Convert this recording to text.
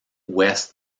ouest